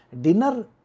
Dinner